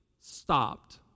stopped